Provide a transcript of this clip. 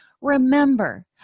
Remember